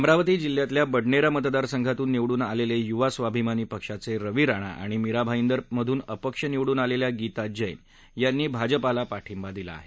अमरावती जिल्ह्यातील बडनेरा मतदारसंघातून निवडून आलेले युवा स्वाभिमानी पक्षाचे रवी राणा आणि मीरा भाईदर मधून अपक्ष निवडून आलेल्या गीता जप्त यांनी भाजपा पाठिंबा दिला आहे